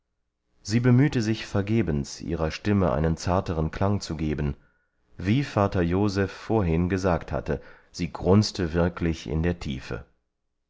sie bemühte sich vergebens ihrer stimme einen zarteren klang zu geben wie vater joseph vorhin gesagt hatte sie grunzte wirklich in der tiefe